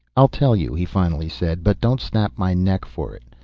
i'll tell you, he finally said. but don't snap my neck for it.